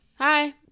Hi